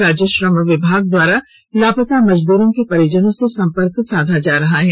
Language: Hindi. राज्य श्रम विभाग द्वारा लापता मजदूरों के परिजनों से संपर्क साधा जा रहा है